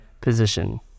position